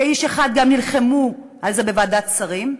כאיש אחד גם נלחמו על זה בוועדת שרים.